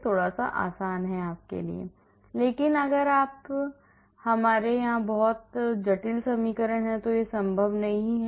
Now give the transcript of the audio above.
dydx y2 dy y2 dx 1 y x constant लेकिन फिर अगर आपके यहाँ बहुत जटिल समीकरण है तो यह संभव नहीं है